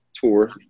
tour